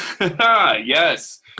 Yes